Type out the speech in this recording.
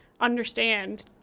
understand